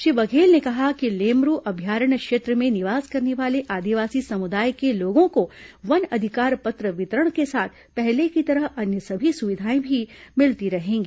श्री बघेल ने कहा कि लेमरू अभयारण्य क्षेत्र में निवास करने वाले आदिवासी समुदाय के लोगों को वन अधिकार पत्र वितरण के साथ पहले की तरह अन्य सभी सुविधाएं भी मिलती रहेंगी